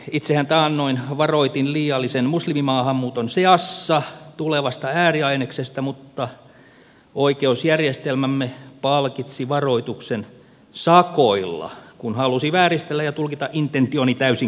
itsehän taannoin varoitin liiallisen muslimimaahanmuuton seassa tulevasta ääriaineksesta mutta oikeusjärjestelmämme palkitsi varoituksen sakoilla kun halusi vääristellä ja tulkita intentioni täysin kuuseen